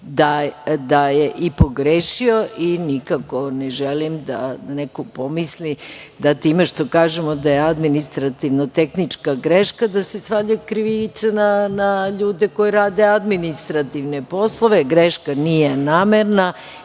da je i pogrešio i nikako ne želim da neko pomisli da time što kažemo da je administrativno-tehnička greška, da se svaljuje krivica na ljude koji rade administrativne poslove. Greška nije namerna